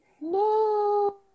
No